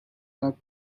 are